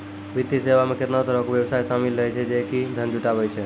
वित्तीय सेवा मे केतना तरहो के व्यवसाय शामिल रहै छै जे कि धन जुटाबै छै